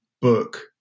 book